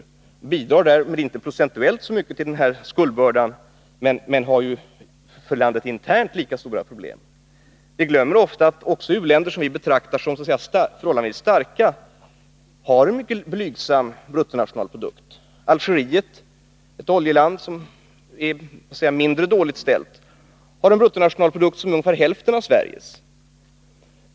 De bidrar därmed inte procentuellt så mycket till skuldbördan, men det är ju för landet internt lika stora problem. Vi glömmer ofta att också u-länder som vi betraktar som förhållandevis starka har en mycket blygsam bruttonationalprodukt. Algeriet — ett oljeland som är mindre dåligt ställt — har en bruttonationalprodukt som är ungefär hälften av Sveriges.